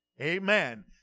Amen